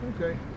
Okay